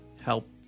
help